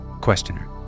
Questioner